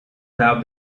have